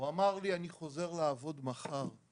הוא אמר לי: אני חוזר לעבוד מחר,